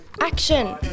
action